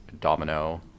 Domino